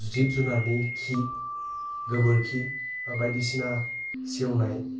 जिब जुनारनि खि गोबोरखि बा बायदिसिना सेवनाय